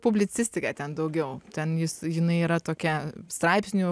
publicistika ten daugiau ten jis jinai yra tokia straipsnių